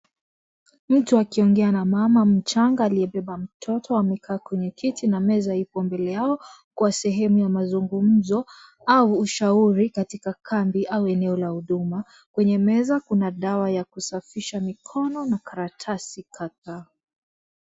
Mtu akiongea na mama mchanga aliyebeba mtoto. Amekaa kwenye kiti na meza iko mbele yao kwa sehemu ya mazungumzo au ushauri katika kambi au eneo la huduma. Kwenye meza kuna dawa ya kusafisha mikono na karatasi kadhaa.